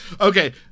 Okay